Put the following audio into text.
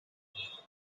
hey